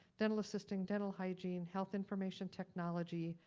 dental assisting, dental hygiene, health information technology,